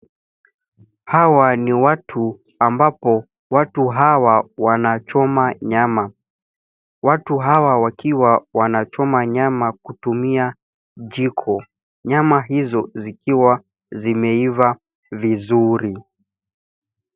Hawa ni watu ambapo watu hawa wanachoma nyama. Watu hawa wakiwa wanachoma nyama kutumia jiko. Nyama hizo zikiwa zimeiva vizuri.